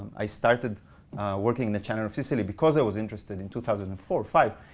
i started working the channel of sicily because i was interested in two thousand and four, five,